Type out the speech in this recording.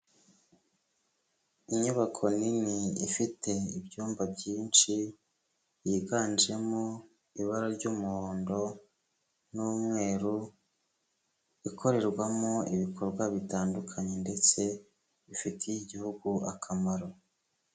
Inyubako nini ifite ibyumba byinshi yiganjemo ibara ry'umuhondo n'umweru, ikorerwamo ibikorwa bitandukanye ndetse bifitiye igihugu akamaro.